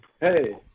hey